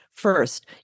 First